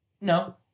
No